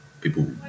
people